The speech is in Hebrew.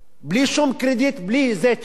בלי שום קרדיט, בלי איזה, צ'ק